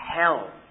hell